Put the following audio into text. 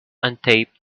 untaped